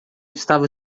estava